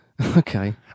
Okay